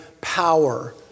power